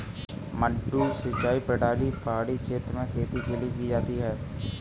मडडू सिंचाई प्रणाली पहाड़ी क्षेत्र में खेती के लिए की जाती है